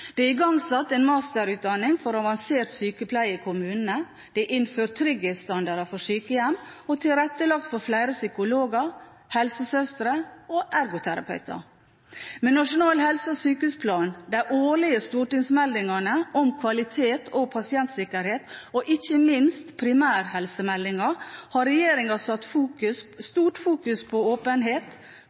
Det er igangsatt en masterutdanning for avansert sykepleie i kommunene, det er innført trygghetsstandard for sykehjem og tilrettelagt for flere psykologer, helsesøstre og ergoterapeuter. Med Nasjonal helse- og sykehusplan, de årlige stortingsmeldingene om kvalitet og pasientsikkerhet og ikke minst primærhelsemeldingen har regjeringen satt stort fokus på åpenhet,